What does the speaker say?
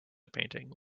painting